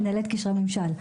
מנהלת קשרי ממשל.